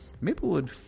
Maplewood